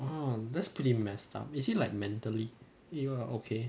ah that's pretty messed up is he like mentally you know okay